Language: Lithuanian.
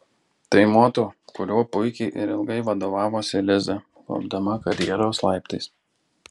tai moto kuriuo puikiai ir ilgai vadovavosi liza kopdama karjeros laiptais